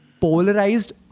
polarized